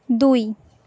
দুই